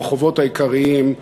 ברחובות העיקריים,